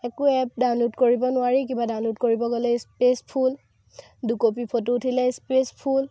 একো app download কৰিব নোৱাৰি কিবা এপ ডাউনলোড কৰিব গ'লে স্পেচ ফুল দুকপি ফটো উঠিলেই স্পেচ ফুল